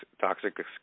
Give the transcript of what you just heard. toxic